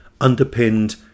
underpinned